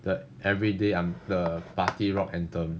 the everyday I'm the party rock anthem